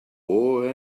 wore